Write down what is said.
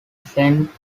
sent